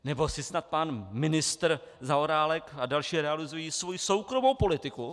Nebo si snad pan ministr Zaorálek a další realizují svoji soukromou politiku?